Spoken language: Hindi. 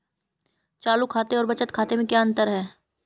चालू खाते और बचत खाते में क्या अंतर है?